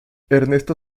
ernesto